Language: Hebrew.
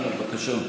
אנא, בבקשה.